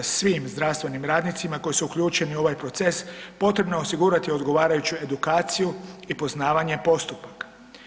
Svim zdravstvenim radnicima koji su uključeni u ovaj proces potrebno je osigurati odgovarajuću edukaciju i poznavanje postupaka.